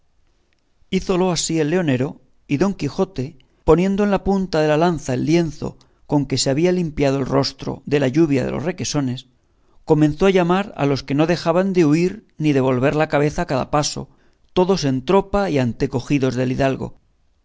hízolo así el leonero y don quijote poniendo en la punta de la lanza el lienzo con que se había limpiado el rostro de la lluvia de los requesones comenzó a llamar a los que no dejaban de huir ni de volver la cabeza a cada paso todos en tropa y antecogidos del hidalgo